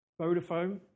Vodafone